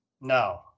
No